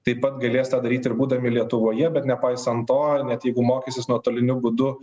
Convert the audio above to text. taip pat galės tą daryti ir būdami lietuvoje bet nepaisant to net jeigu mokysis nuotoliniu būdu